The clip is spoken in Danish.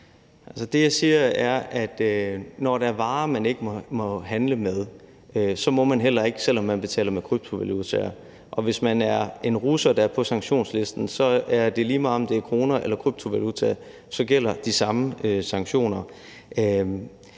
Det, jeg siger, er, at når der er varer, man ikke må handle med, så må man heller ikke, selv om man betaler med kryptovalutaer. Og hvis man er en russer, der er på sanktionslisten, er det lige meget, om det er kroner eller kryptovalutaer, så gælder de samme sanktioner.